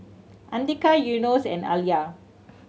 Andika Yunos and Alya